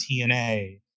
TNA